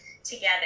together